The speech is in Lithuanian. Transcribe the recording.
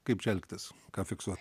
kaip elgtis ką fiksuot